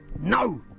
No